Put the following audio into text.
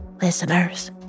Listeners